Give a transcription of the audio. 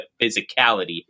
physicality